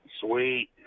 sweet